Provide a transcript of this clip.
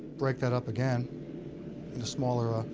break that up again into smaller, ah